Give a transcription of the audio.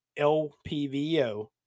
LPVO